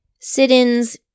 Sit-ins